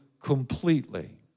completely